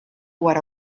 what